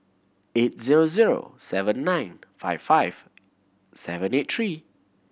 eight zero zero seven nine five five seven eight three